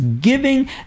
giving